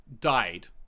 died